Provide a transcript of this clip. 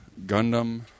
Gundam